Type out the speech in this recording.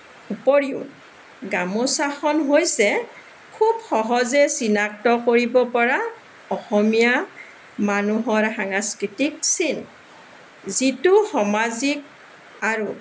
উপৰিও গামোচাখন হৈছে খুব সহজে চিনাক্ত কৰিব পৰা অসমীয়া মানুহৰ সাংস্কৃতিক চিন যিটো সামাজিক আৰু